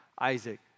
Isaac